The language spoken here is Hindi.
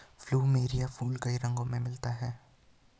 प्लुमेरिया फूल कई रंगो में मिलता है